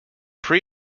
pre